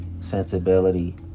sensibility